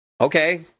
Okay